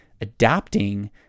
adapting